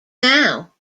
now